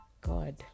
god